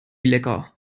lecker